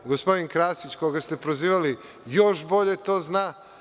Gospodin Krasić, koga ste prozivali, još bolje to zna.